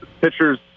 pitchers